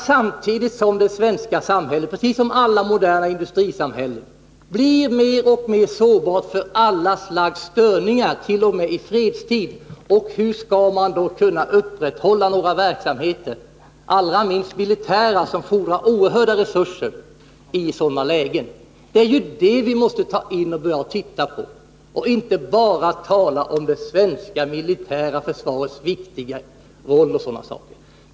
Samtidigt blir det svenska samhället, precis som andra industrisamhällen, mer och mer sårbart för alla slags störningar t.o.m. i fredstid. Hur skall man kunna upprätthålla några verksamheter, allra minst militära, som fordrar oerhörda resurser i sådana lägen? Vi måste titta på detta och inte bara tala om det svenska militära försvarets viktiga roll och sådana saker.